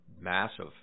massive